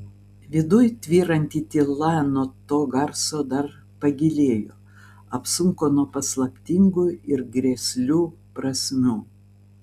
viduj tvyranti tyla nuo to garso dar pagilėjo apsunko nuo paslaptingų ir grėslių prasmių